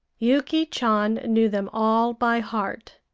yuki chan knew them all by heart,